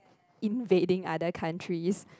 invading other countries